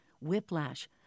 whiplash